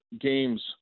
games